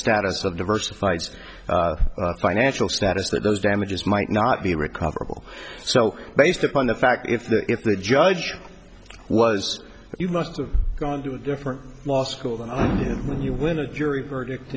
status of diversified financial status that those damages might not be recoverable so based upon the fact if the if the judge was you must have gone to a different law school and when you win a jury verdict